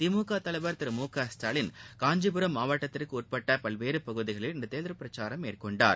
திமுக தலைவர் திரு மு க ஸ்டாலின் காஞ்சிபுரம் மாவட்டத்திற்கு உட்பட்ட பல்வேறு பகுதிகளில் இன்று தேர்தல் பிரச்சாரம் மேற்கொண்டார்